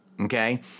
okay